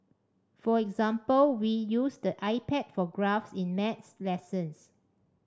for example we use the iPad for graphs in maths lessons